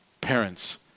parents